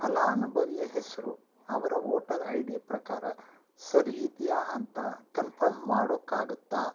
ಫಲಾನುಭವಿಯ ಹೆಸರು ಅವರ ವೋಟರ್ ಐ ಡಿ ಪ್ರಕಾರ ಸರಿಯಿದೆಯಾ ಅಂತ ಕನ್ಫರ್ಮ್ ಮಾಡೊಕ್ಕಾಗುತ್ತಾ